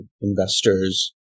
investors